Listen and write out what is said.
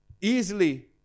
easily